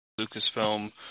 lucasfilm